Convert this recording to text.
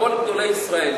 כל גדולי ישראל,